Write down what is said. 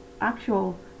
actual